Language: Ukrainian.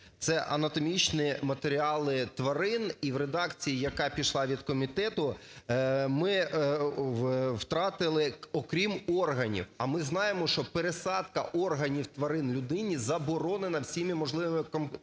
це анатомічні матеріали тварин. І в редакції, яка пішла від комітету, ми втратили "окрім органів". А ми знаємо, що пересадка органів тварин людині заборонена всіма можливими